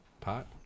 pot